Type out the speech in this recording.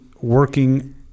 working